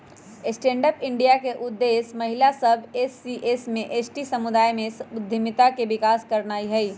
stand up India के उद्देश्य महिला सभ, एस.सी एवं एस.टी समुदाय में उद्यमिता के विकास करनाइ हइ